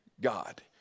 God